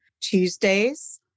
Tuesdays